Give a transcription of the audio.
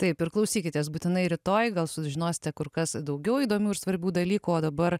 taip ir klausykitės būtinai rytoj gal sužinosite kur kas daugiau įdomių ir svarbių dalykų o dabar